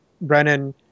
Brennan